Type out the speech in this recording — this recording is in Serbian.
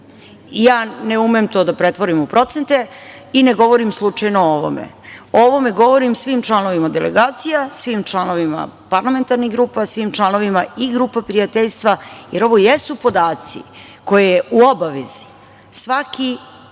Ja ne umem to da pretvorim u procente i ne govorim slučajno o ovome.O ovome govorim svima članovima delegacija, svim članovima parlamentarnih grupa, svim članovima i grupa prijateljstva, jer ovo jesu podaci koje je u obavezi svaki